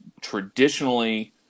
traditionally